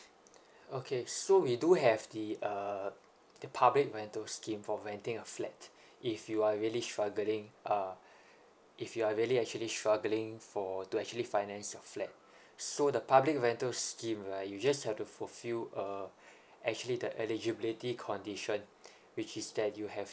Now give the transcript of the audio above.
okay so we do have the uh the public rental scheme for renting a flat if you are really struggling uh if you are really actually struggling for to actually finance a flat so the public rental scheme right you just have to fulfill uh actually the eligibility condition which is that you have